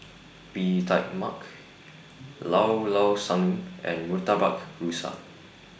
Bee Tai Mak Llao Llao Sanum and Murtabak Rusa